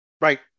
Right